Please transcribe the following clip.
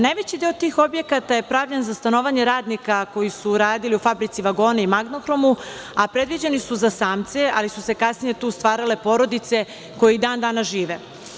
Najveći deo tih objekata je pravljen za stanovanje radnika koji su radili u „Fabrici vagona“ i „Magnohromu“, a predviđeni su za samce, ali su se kasnije tu stvarale porodice koje i dan danas tu žive.